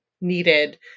needed